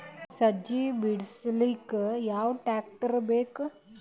ಸಜ್ಜಿ ಬಿಡಿಸಿಲಕ ಯಾವ ಟ್ರಾಕ್ಟರ್ ಬೇಕ?